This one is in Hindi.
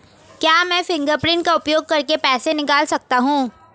क्या मैं फ़िंगरप्रिंट का उपयोग करके पैसे निकाल सकता हूँ?